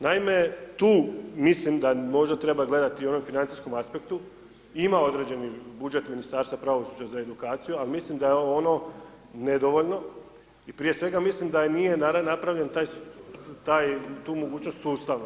Naime, tu mislim da možda treba gledati i u onom financijskom aspektu, ima određeni budžet Ministarstva pravosuđa za edukaciju, ali mislim da je ono nedovoljno i prije svega mislim da nije napravljen taj, tu mogućnost sustava.